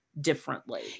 differently